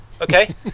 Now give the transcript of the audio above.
okay